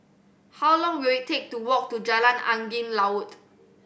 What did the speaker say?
how long will it take to walk to Jalan Angin Laut